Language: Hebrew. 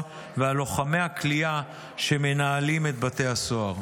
ועל לוחמי הכליאה שמנהלים את בתי הסוהר.